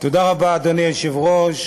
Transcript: תודה רבה, אדוני היושב-ראש,